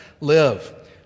live